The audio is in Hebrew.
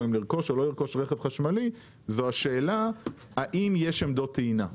לרכוש או לא זו השאלה האם יש עמדות טעינה,